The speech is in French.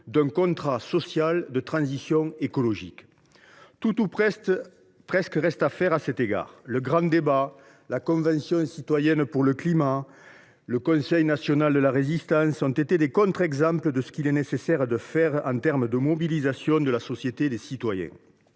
d’un contrat social de transition écologique. Tout ou presque reste à faire à cet égard ! Le grand débat national, la Convention citoyenne pour le climat, le Conseil national de la refondation ont été des contre exemples de ce qu’il est nécessaire de faire pour mobiliser nos concitoyens.